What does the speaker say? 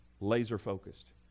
laser-focused